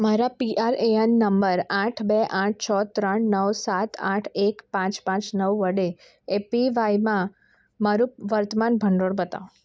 મારા PRAN number આઠ બે આઠ છ ત્રણ નવ સાત આઠ એક પાંચ પાંચ નવ વડે એપીવાયમાં મારું વર્તમાન ભંડોળ બતાવો